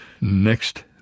Next